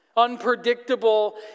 unpredictable